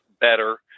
better